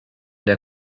der